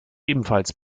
ebenfalls